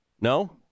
No